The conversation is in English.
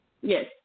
Yes